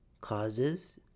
causes